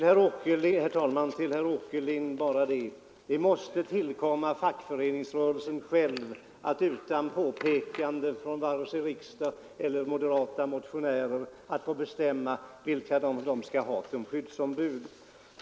Herr talman Till herr Åkerlind vill jag säga att det måste tillkomma fackföreningsrörelsen själv att utan påpekande från vare sig riksdag eller moderata motionärer bestämma vilka man vill ha som skyddsombud.